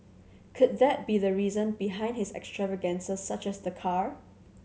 could that be the reason behind his extravagances such as the car